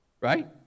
Right